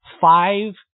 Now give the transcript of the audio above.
five